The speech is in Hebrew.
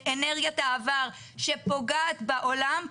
לאנרגיית העבר שפוגעת בעולם,